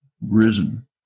risen